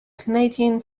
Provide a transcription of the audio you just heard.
canadian